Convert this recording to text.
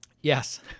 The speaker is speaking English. Yes